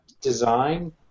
design